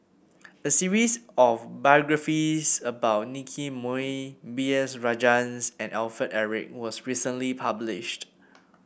a series of biographies about Nicky Moey B S Rajhans and Alfred Eric was recently published